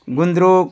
गुन्द्रुक